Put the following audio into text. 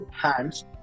hands